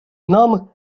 нам